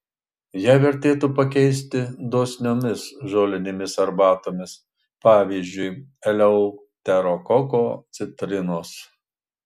ją vertėtų pakeisti dosniomis žolinėmis arbatomis pavyzdžiui eleuterokoko citrinos